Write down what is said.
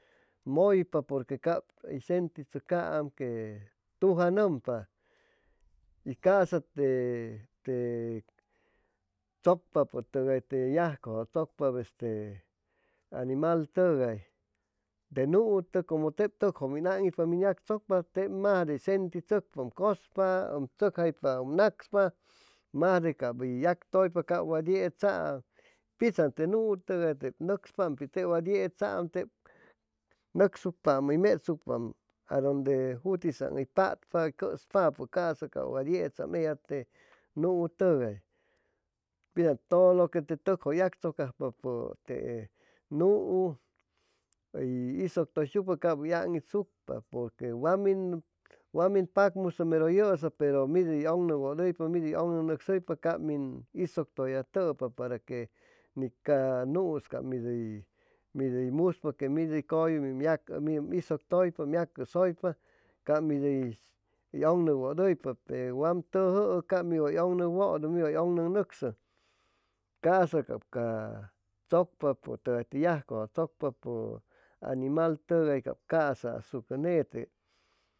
Muypa purque cab sentitsucpaam que tu anumpa y casa te tsucpa te yajcu te animal tugay te nu'u tuc cumu teb tucju um ag'itpapu cumu um yacrsucpa teb mas de sentitsucpa um cuspa um tsucjaypa um nacspa mas de cab u yactuypa ca wa yetsaj pitsaan te nu'u tugay nuespaam te wa yetsa'am teb nuesuepaam a donde jutisa'an patpa cuspapu casa ca wa tetsaa ella te nu'u tugay pisa'an tudu lu que te tucju yactsucpapu te nu'u uy isuc tuy sucpa pur wa min pacmusu meru yusa peru mid ugnuwuduypa mi ugnunusuypa ca min isuctuyatupa para que mi ca nu'u u mid uy muspa que mid uy yacusuypa ca mid u ugnuwuduypa pe wam tuju'u ca wa min tsucpa pu te yaj'cujtsocpa animal casa asucu ne'ete